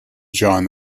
join